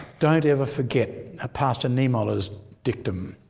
don't ever forget ah pastor niemoller's dictum.